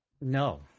No